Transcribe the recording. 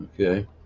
okay